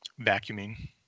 Vacuuming